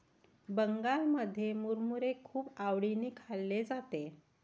बंगालमध्ये मुरमुरे खूप आवडीने खाल्ले जाते